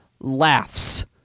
laughs